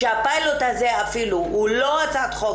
שהפיילוט הזה הוא אפילו לא הצעת חוק,